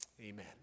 Amen